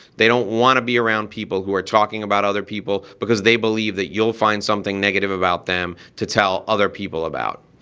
they don't want to be around people who are talking about other people because they believe that you'll find something negative about them to tell other people about.